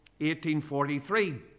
1843